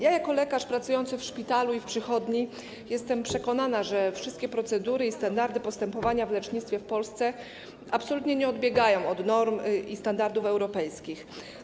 Jako lekarz pracujący w szpitalu i przychodni jestem przekonana, że żadne procedury ani standardy postępowania w zakresie lecznictwa w Polsce absolutnie nie odbiegają od norm i standardów europejskich.